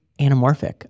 anamorphic